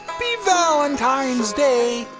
happy valentine's day!